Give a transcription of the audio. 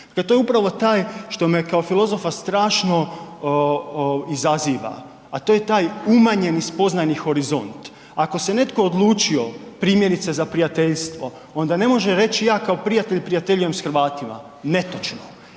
to je upravo taj što me kao filozofa strašno izaziva, a to je taj umanjeni spoznajni horizont. Ako se netko odlučio, primjerice za prijateljstvo onda ne može reći ja kao prijatelj prijateljujem s Hrvatima. Netočno.